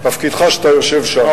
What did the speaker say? תפקידך שאתה יושב שם.